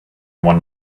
one